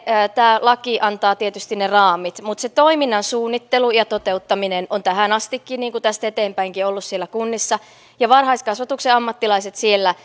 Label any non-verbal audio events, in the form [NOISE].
tämä laki antaa tietysti ne raamit mutta se toiminnan suunnittelu ja toteuttaminen on tähän asti niin kuin tästä eteenpäinkin ollut siellä kunnissa ja varhaiskasvatuksen ammattilaiset siellä [UNINTELLIGIBLE]